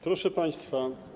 Proszę Państwa!